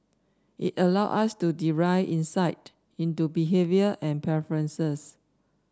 it allow us to derive insight into behaviour and preferences